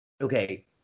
okay